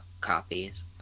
copies